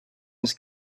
his